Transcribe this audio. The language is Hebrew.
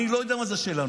אני לא יודע מה זה שלנו.